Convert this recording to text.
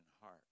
heart